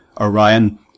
Orion